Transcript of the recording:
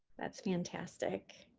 that's fantastic.